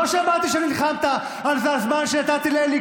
לא שמעתי שנלחמת נגד הזמן שנתתי לאלי